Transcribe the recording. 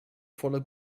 voller